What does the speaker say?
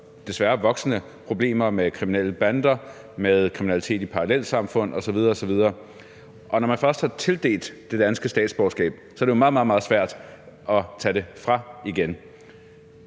desværre ser voksende problemer med kriminelle bander, med kriminalitet i parallelsamfund osv. osv., og når man først har tildelt det danske statsborgerskab, er det jo meget, meget svært at tage det fra nogen